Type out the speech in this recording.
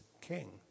king